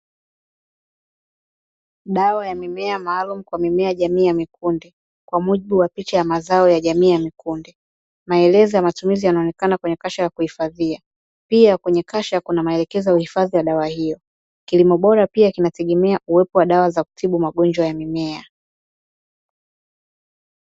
Dawa ya mimea maalumu kwa mimea ya jamii ya mikunde, kwa mujibu wa picha ya mazao ya jamii ya mikunde. Maelezo ya matumizi yanaonekana kwenye kasha la kuhifadhia. Pia kwenye kasha kuna maelekezo ya uhifadhi wa dawa hiyo. Kilimo bora pia kinategemea uwepo wa dawa za kutibu magonjwa ya mimea.